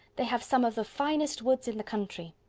they have some of the finest woods in the country.